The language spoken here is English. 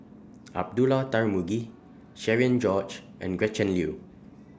Abdullah Tarmugi Cherian George and Gretchen Liu